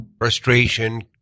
frustration